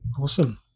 Awesome